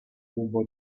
tubo